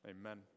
Amen